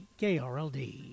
KRLD